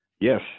Yes